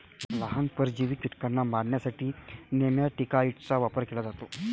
लहान, परजीवी कीटकांना मारण्यासाठी नेमॅटिकाइड्सचा वापर केला जातो